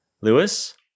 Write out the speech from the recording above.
Lewis